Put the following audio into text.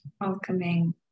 Welcoming